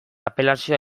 apelazioa